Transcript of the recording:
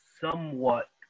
somewhat